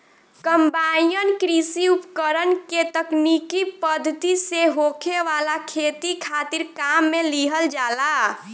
combine कृषि उपकरण के तकनीकी पद्धति से होखे वाला खेती खातिर काम में लिहल जाला